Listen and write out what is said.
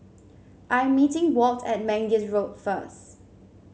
I am meeting Walt at Mangis Road first